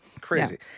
crazy